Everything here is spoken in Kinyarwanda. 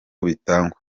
bitangwa